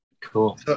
Cool